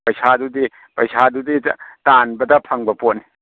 ꯄꯩꯁꯥꯗꯨꯗꯤ ꯄꯩꯁꯥꯗꯨꯗꯤ ꯇꯥꯟꯕꯗ ꯐꯪꯕ ꯄꯣꯠꯅꯤ